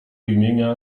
imienia